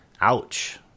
Ouch